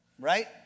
Right